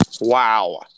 Wow